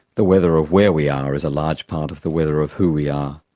the weather of where we are is a large part of the weather of who we are.